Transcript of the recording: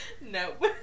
Nope